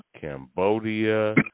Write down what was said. Cambodia